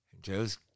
Joe's